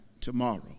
tomorrow